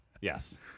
Yes